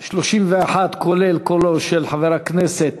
31, כולל קולו של חבר הכנסת